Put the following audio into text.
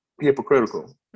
hypocritical